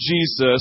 Jesus